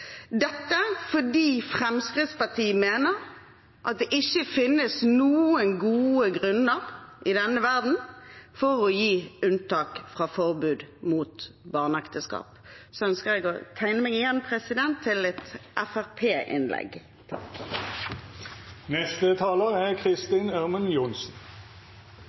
Fremskrittspartiet mener at det ikke finnes noen gode grunner i denne verden for å gi unntak fra forbud mot barneekteskap. Jeg ønsker å tegne meg igjen til et Fremskrittsparti-innlegg. Hvert år blir 12 millioner jenter giftet bort. Det er